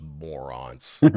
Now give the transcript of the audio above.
morons